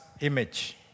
image